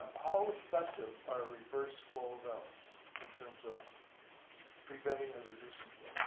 how effective are reverse flow valves in terms of preventing or reducing